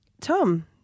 Tom